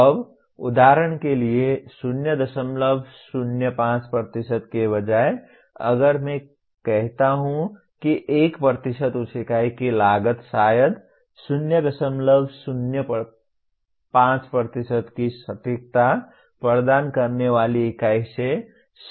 अब उदाहरण के लिए 005 के बजाय अगर मैं कहता हूँ कि 1 उस इकाई की लागत शायद 005 की सटीकता प्रदान करने वाली इकाई से 100 गुना कम होगी